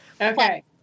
Okay